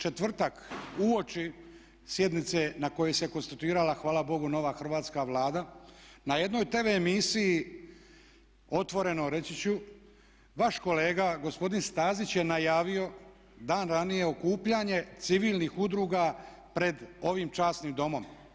Četvrtak uoči sjednice na kojoj se konstituirala hvala Bogu nova hrvatska Vlada, na jednoj tv emisiji "Otvoreno" reći ću, vaš kolega gospodin Stazić je najavio dan ranije okupljanje civilnih udruga pred ovim časnim Domom.